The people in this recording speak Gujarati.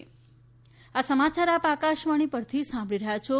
કોરોના સંદેશ આ સમાચાર આપ આકાશવાણી પરથી સાંભળી રહ્યા છો